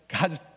God's